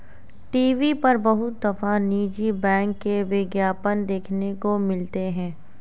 TV पर बहुत दफा निजी बैंक के विज्ञापन देखने को मिलते हैं